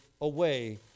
away